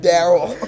Daryl